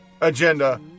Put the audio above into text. agenda